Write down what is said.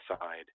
side